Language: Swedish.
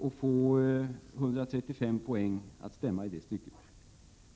och få villkoret 135 poäng att stämma i det stycket?